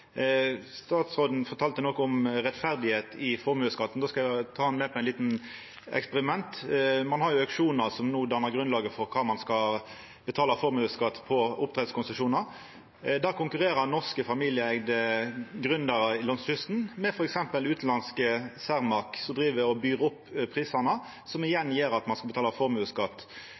Statsråden fortalde noko om rettferdigheit i formuesskatten. Då skal eg ta han med på eit lite eksperiment. Ein har jo auksjonar som no dannar grunnlaget for kva ein skal betala i formuesskatt på oppdrettskonsesjonar. Der konkurrerer norske familieeigde gründerar langs kysten med f.eks. utanlandske Cermaq, som driv og byr opp prisane, som igjen gjer at ein skal betala formuesskatt.